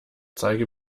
zeige